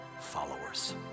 followers